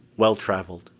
well traveled.